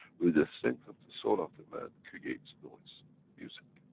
with the strength of the soul of the man, creates noise, music.